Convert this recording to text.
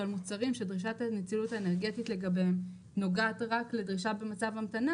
שהמוצרים שדרישת הנצילות האנרגטית לגביהם נוגעת רק לדרישה במצב המתנה